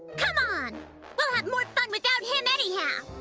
come on! we'll have more fun without him anyhow.